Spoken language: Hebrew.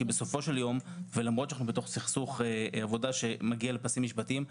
כי בסופו של יום ולמרות שאנחנו בתוך סכסוך עבודה שמגיע לפסים משפטיים,